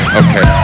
okay